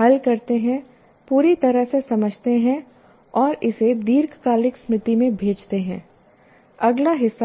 हल करते हैं पूरी तरह से समझते हैं और इसे दीर्घकालिक स्मृति में भेजते हैं अगला हिस्सा लाते हैं